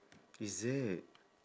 is it